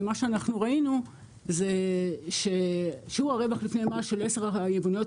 ומה שראינו זה ששיעור הרווח לפני מס של עשר היבואניות